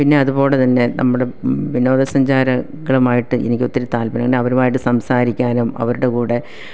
പിന്നെ അതുപോലെ തന്നെ നമ്മുടെ വിനോദസഞ്ചാരികളുമായിട്ട് എനിക്ക് ഒത്തിരി താല്പര്യമുണ്ട് അവരുവായിട്ട് സംസാരിക്കാനും അവരുടെ കൂടെ